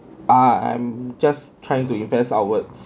I'm just trying to invest outwards